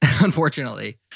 unfortunately